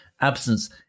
absence